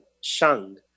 Shang